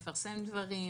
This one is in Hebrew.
מפרסם דברים,